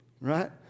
right